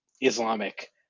Islamic